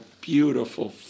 beautiful